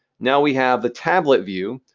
now we have the tablet view.